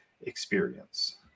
experience